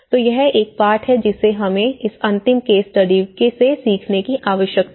तो यह एक पाठ है जिसे हमें इस अंतिम केस स्टडी से सीखने की आवश्यकता है